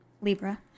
Libra